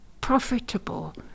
profitable